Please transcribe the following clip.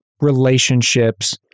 relationships